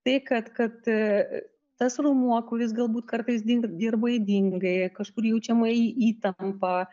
tai kad kad tas raumuo kuris galbūt kartais dirba ydingai kažkur jaučiama įtampa